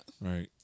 Right